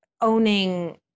owning